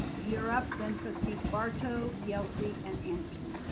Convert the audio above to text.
you are up. then trustee barto, yelsey and anderson.